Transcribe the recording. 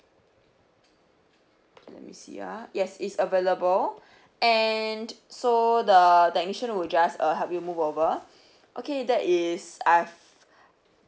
let me see ah it's available and so the technician will just uh help you moved over okay that is I've